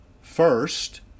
First